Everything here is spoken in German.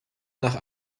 nach